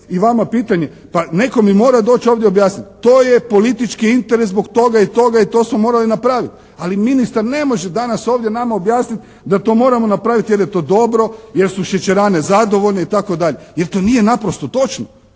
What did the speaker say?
i vama pitanje, pa netko mi mora doći ovdje objasniti. To je politički interes zbog toga i toga i to smo napraviti. Ali ministar ne može danas ovdje nama objasniti da to moramo napraviti jer je to dobro, jer su šećerane zadovoljne itd. Jer to nije naprosto točno.